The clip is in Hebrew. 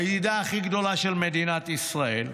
הידידה הכי גדולה של מדינת ישראל,